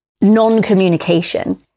non-communication